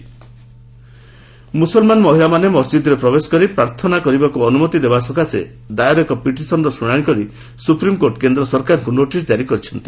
SC ମସ୍କ୍ୟ ମୁସଲମାନ ମହିଳାମାନେ ମସ୍ଜିଦ୍ରେ ପ୍ରବେଶ କରି ପ୍ରାର୍ଥନା କରିବାକୁ ଅନ୍ତମତି ଦେବା ନେଇ ଦାୟର ଏକ ପିଟିସନର ଶ୍ରେଣାଣି କରି ସ୍ୱପ୍ରିମ୍କୋର୍ଟ କେନ୍ଦ୍ର ସରକାରଙ୍କୁ ନୋଟିସ୍ ଜାରି କରିଛନ୍ତି